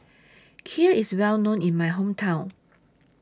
Kheer IS Well known in My Hometown